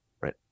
right